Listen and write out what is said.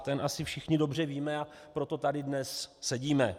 Ten asi všichni dobře víme, a proto tady dnes sedíme.